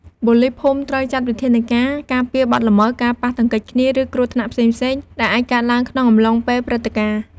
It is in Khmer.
ប៉ូលីសភូមិត្រូវចាត់វិធានការការពារបទល្មើស ការប៉ះទង្គិចគ្នា ឬគ្រោះថ្នាក់ផ្សេងៗ ដែលអាចកើតឡើងក្នុងអំឡុងពេលព្រឹត្តិការណ៍។